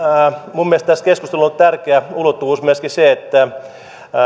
minun mielestäni tässä keskustelussa on tärkeä ulottuvuus myöskin se mikä